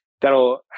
That'll